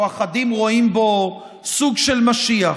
או אחדים רואים בו סוג של משיח.